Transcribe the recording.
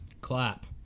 Clap